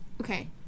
Okay